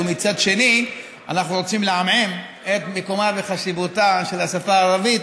ומצד שני אנחנו רוצים לעמעם את מקומה וחשיבותה של השפה הערבית.